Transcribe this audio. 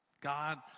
God